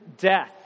death